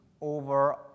over